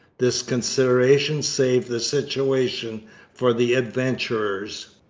this consideration saved the situation for the adventurers.